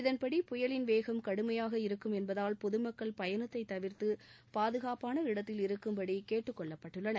இதன்படி புயலின் வேகம் கடுமையாக இருக்கும் என்பதால் பொதுமக்கள் பயணத்தை தவிர்த்து பாதுகாப்பான இடத்தில் இருக்கும்படி கேட்டுக்கொள்ளப்பட்டுள்ளனர்